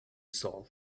soul